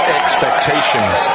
expectations